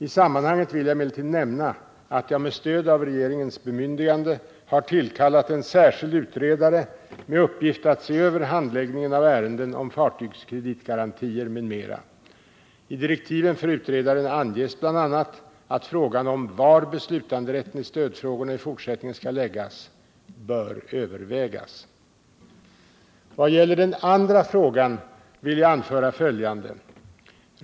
I sammanhanget vill jag emellertid nämna att jag med stöd av regeringens bemyndigande har tillkallat en särskild utredare med uppdrag att se över handläggningen av ärenden om fartygskreditgarantier m.m. I direktiven för utredaren anges bl.a. att frågan om var beslutanderätten i stödfrågorna i fortsättningen skall läggas bör övervägas. Vad gäller den andra frågan vill jag anföra följande.